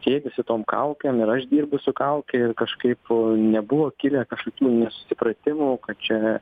sėdi su tom kaukėm ir aš dirbu su kauke ir kažkaip nebuvo kilę kažkokių nesusipratimų kad čia